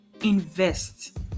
invest